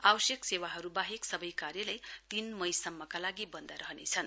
आवश्यक सेवाहरू बाहेक सबै कार्यालय तीन मईसम्मका लागि बन्द रहनेछन्